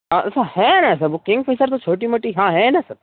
ऐसा है हमारे पास कैन का मतलब कोई छोटी मोटी हाँ है ना सर